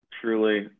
truly